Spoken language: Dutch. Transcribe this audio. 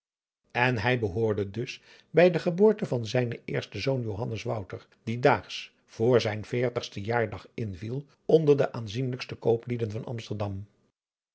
en hij behoorde dus bij de geboorte van zijnen eersten zoon johannes wouter die daags voor zijn veertigste jaardag inviel onder de aanzienlijkste kooplieden van amsterdam